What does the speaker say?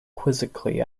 quizzically